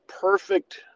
perfect